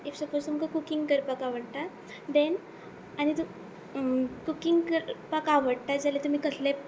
if suppose तुमकां cooking करपाक आवडटा देन आनी कुकींग करपाक आवडटा जाल्या तुमी कसले